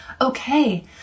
okay